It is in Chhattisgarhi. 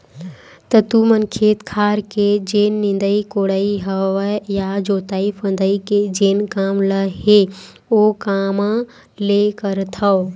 त तुमन खेत खार के जेन निंदई कोड़ई हवय या जोतई फंदई के जेन काम ल हे ओ कामा ले करथव?